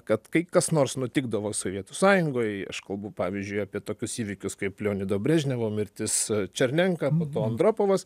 kad kai kas nors nutikdavo sovietų sąjungoj aš kalbu pavyzdžiui apie tokius įvykius kaip leonido brežnevo mirtis černenka po to andropovas